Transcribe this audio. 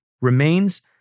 remains